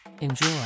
Enjoy